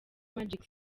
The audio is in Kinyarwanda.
magic